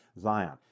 Zion